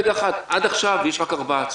רגע אחד, עד עכשיו יש רק ארבעה עצורים.